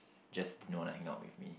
just didn't want to hangout with me